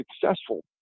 successful